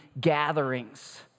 gatherings